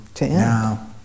now